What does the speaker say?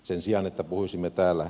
sen sijaan että puhuisimme täällä